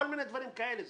כל מיני דברים כאלה.